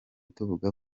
tuvuga